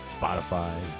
Spotify